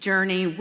Journey